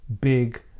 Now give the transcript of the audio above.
big